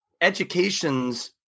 education's